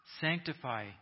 Sanctify